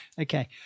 Okay